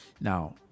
Now